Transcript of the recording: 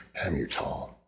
Hamutal